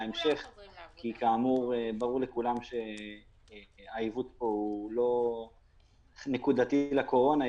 כי ברור לכולם שהעיוות פה הוא לא נקודתי לקורונה.